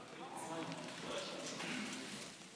ראש הממשלה, ראש הממשלה החלופי,